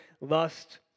lust